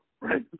right